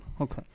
Okay